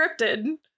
cryptid